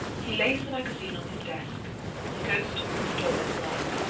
he lays the magazine on his desk and goes toward the door on the right,